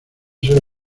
ser